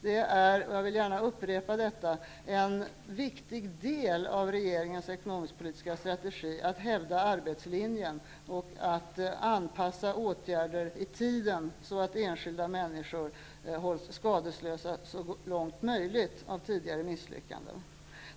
Det är -- jag vill gärna upprepa detta -- en viktig del av regeringens ekonomisk-politiska strategi att hävda arbetslinjen och att anpassa åtgärder i tiden, så att enskilda människor så långt möjligt hålls skadeslösa av tidigare misslyckanden.